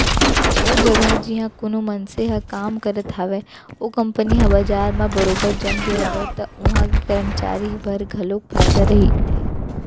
ओ जघा जिहाँ कोनो मनसे ह काम करत हावय ओ कंपनी ह बजार म बरोबर जमगे हावय त उहां के करमचारी बर घलोक फायदा रहिथे